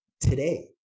today